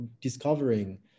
discovering